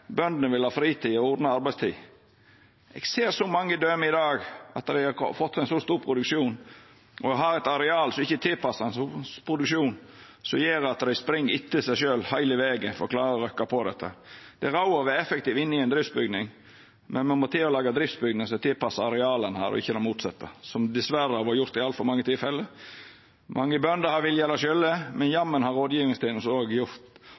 bøndene vil ha fritid og ordna arbeidstid. Eg ser i dag mange døme på at dei har fått ein så stor produksjon og har eit areal som ikkje er tilpassa ein så stor produksjon, som gjer at dei spring etter seg sjølve heile vegen for å klara å rekka over dette. Det er råd å vera effektiv inne i ein driftsbygning, men ein må laga driftsbygningar som er tilpassa arealet ein har, ikkje det motsette, som dessverre har vorte gjort i ein del tilfelle. Mange bønder har vilja det sjølve, men